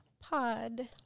Pod